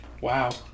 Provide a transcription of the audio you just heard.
Wow